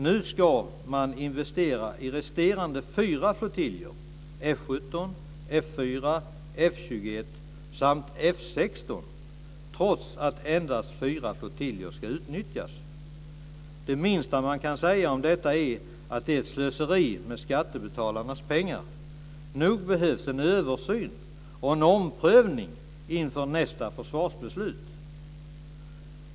Nu ska man investera i resterande fyra flottiljer, F 17, F 4, F 21 samt F 16, trots att endast fyra flottiljer ska utnyttjas. Det minsta man kan säga om detta är att det är ett slöseri med skattebetalarnas pengar. Nu behövs en översyn och en omprövning inför nästa försvarsbeslut.